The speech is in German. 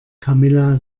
camilla